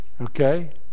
Okay